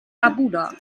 barbuda